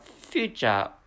future